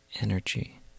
energy